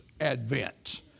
advent